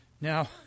Now